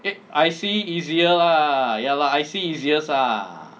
eh I_C easier lah ya lah I_C easiest lah